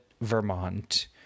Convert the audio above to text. Vermont